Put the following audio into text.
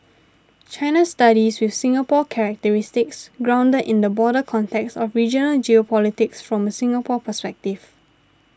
China studies with Singapore characteristics grounded in the broader context of regional geopolitics from a Singapore perspective